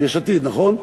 יש עתיד, נכון?